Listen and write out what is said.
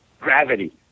gravity